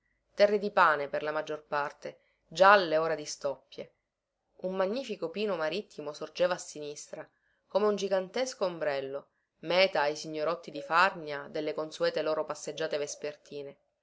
terre di pane per la maggior parte gialle ora di stoppie un magnifico pino marittimo sorgeva a sinistra come un gigantesco ombrello meta ai signorotti di farnia delle consuete loro passeggiate vespertine